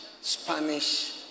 Spanish